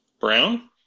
Brown